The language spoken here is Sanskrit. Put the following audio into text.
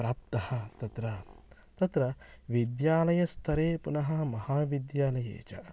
प्राप्तः तत्र तत्र विद्यालयस्तरे पुनः महाविद्यालये च